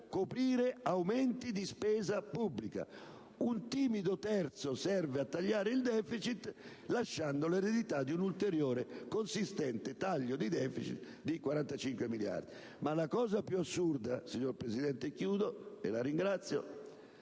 coprire aumenti di spesa pubblica, e un timido terzo a tagliare il deficit, lasciando l'eredità di un ulteriore consistente taglio di deficit di 45 miliardi. Ma il fatto più assurdo - signora Presidente, concludo l'intervento,